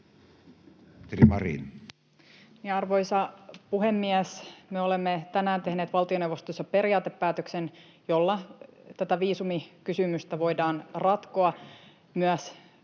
Arvoisa puhemies! Me olemme tänään tehneet valtioneuvostossa periaatepäätöksen, jolla tätä viisumikysymystä voidaan ratkoa. Myös